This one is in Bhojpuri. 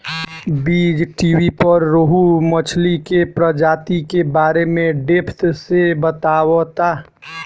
बीज़टीवी पर रोहु मछली के प्रजाति के बारे में डेप्थ से बतावता